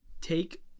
take